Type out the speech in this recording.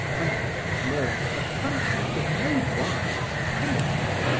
and what was more, a country in no wise primitive,